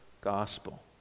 gospel